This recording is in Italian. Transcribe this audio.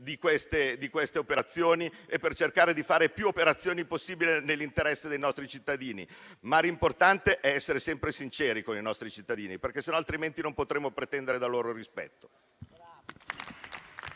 di queste operazioni e per provare a fare più operazioni possibili nell'interesse dei nostri cittadini, ma l'importante è essere sempre sinceri con loro, altrimenti non potremo pretenderne il rispetto.